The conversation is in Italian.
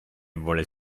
vuole